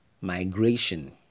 migration